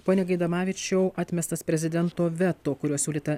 pone gaidamavičiau atmestas prezidento veto kuriuo siūlyta